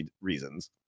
reasons